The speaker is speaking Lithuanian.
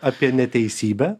apie neteisybę